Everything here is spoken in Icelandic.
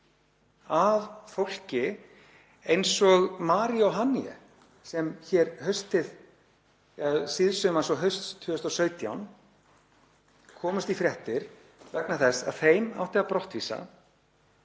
af fólki eins og Mary og Haniye sem síðsumars og haustið 2017 komust í fréttir vegna þess að þeim átti að brottvísa.